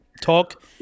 talk